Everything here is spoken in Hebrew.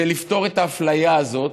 זה לפתור את האפליה הזו,